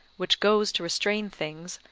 which goes to restrain things,